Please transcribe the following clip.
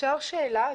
אפשר שאלה?